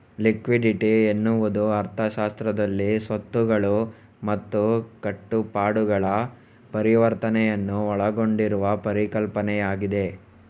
liquidity ಎನ್ನುವುದು ಅರ್ಥಶಾಸ್ತ್ರದಲ್ಲಿ ಸ್ವತ್ತುಗಳು ಮತ್ತು ಕಟ್ಟುಪಾಡುಗಳ ಪರಿವರ್ತನೆಯನ್ನು ಒಳಗೊಂಡಿರುವ ಪರಿಕಲ್ಪನೆಯಾಗಿದೆ